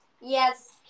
Yes